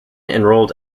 enrolled